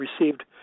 received